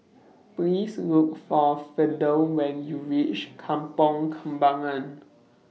Please Look For Fidel when YOU REACH Kampong Kembangan